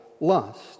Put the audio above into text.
lust